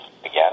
again